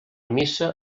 missa